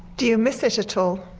do you miss it at all?